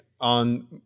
on